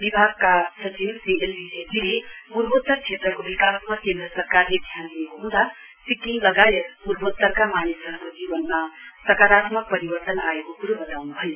विभागका सचिव Shri L V छेत्रीले पूर्वोतर क्षेत्रको विकासमा केन्द्र सरकारले ध्यान दिएको हुँदा सिक्किम लगायत पूर्वोतरका मानिसहरुको जीवनमा सकारात्मक परिवर्तन आएको क्रो वताउन् भयो